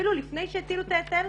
אפילו לפני שהטילו את ההיטל,